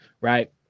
right